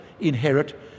inherit